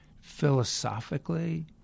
Philosophically